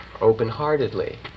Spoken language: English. open-heartedly